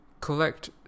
collect